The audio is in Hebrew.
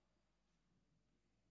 שלוש